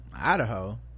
Idaho